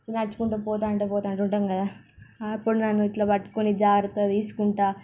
నడుచుకుంటూ పోతుంటే పోతుంటే ఉంటాము కదా అప్పుడు నన్ను ఇట్లా పట్టుకొని జాగ్రత్తగా తీసుకుంటూ